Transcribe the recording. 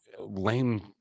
lame